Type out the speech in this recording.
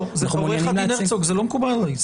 עורך הדין הרצוג, זה לא מקובל עלי.